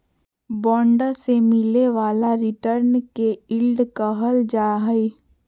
bond से मिलय वाला रिटर्न के यील्ड कहल जा हइ